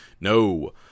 No